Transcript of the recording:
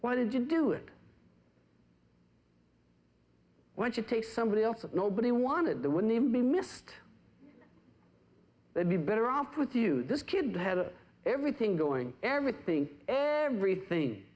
why did you do it when you take somebody else and nobody wanted there wouldn't even be missed they'd be better off with you this kid had a everything going everything everything